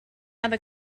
other